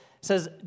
says